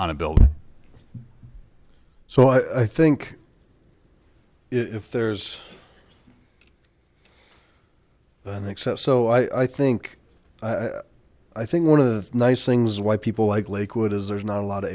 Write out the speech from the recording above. on a building so i think if there's an excess so i think i think one of the nice things why people like lakewood is there's not a lot